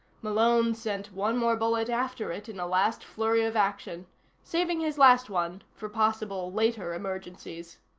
malone sent one more bullet after it in a last flurry of action saving his last one for possible later emergencies.